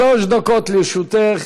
שלוש דקות לרשותך.